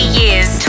years